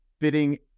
fitting